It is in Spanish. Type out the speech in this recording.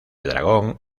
dragón